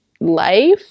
life